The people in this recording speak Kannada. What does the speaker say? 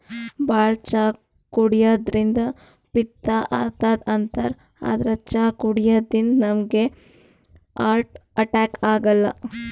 ಭಾಳ್ ಚಾ ಕುಡ್ಯದ್ರಿನ್ದ ಪಿತ್ತ್ ಆತದ್ ಅಂತಾರ್ ಆದ್ರ್ ಚಾ ಕುಡ್ಯದಿಂದ್ ನಮ್ಗ್ ಹಾರ್ಟ್ ಅಟ್ಯಾಕ್ ಆಗಲ್ಲ